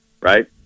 right